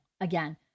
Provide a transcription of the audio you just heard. again